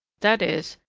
that is,